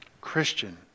Christian